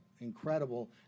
incredible